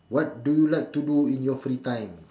what do you like to do in your free time